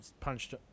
punched